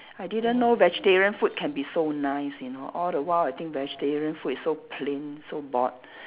I didn't know vegetarian food can be so nice you know all the while I think vegetarian food is so plain so bored